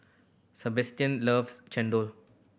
Sebastian loves chendol